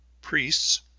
Priests